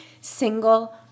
single